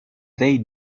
they